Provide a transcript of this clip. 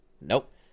nope